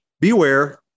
beware